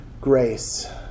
grace